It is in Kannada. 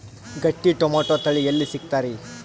ಗಟ್ಟಿ ಟೊಮೇಟೊ ತಳಿ ಎಲ್ಲಿ ಸಿಗ್ತರಿ?